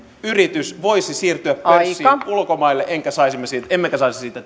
yritys voisi siirtyä pörssiin ulkomaille emmekä saisi siitä